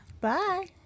Bye